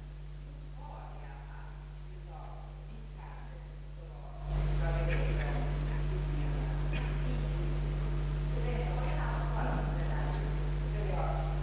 Om nu riksdagen begär att få ett förslag till nästa år i denna fråga, tvingar man mer eller mindre departe mentet till ett hastverk.